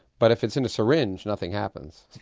but if it's in a syringe nothing happens.